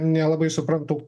nelabai suprantu